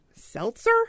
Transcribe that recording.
Seltzer